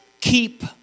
Keep